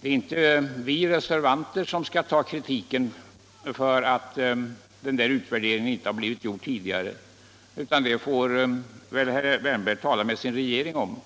Det är inte vi reservanter som skall kritiseras för att utvärderingen inte blivit gjord tidigare — det får herr Wärnberg tala med sina partikamrater i regeringen om.